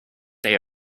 day